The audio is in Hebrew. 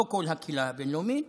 לא כל הקהילה הבין-לאומית,